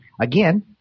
again